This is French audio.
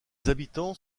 habitants